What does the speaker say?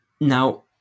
Now